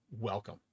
welcome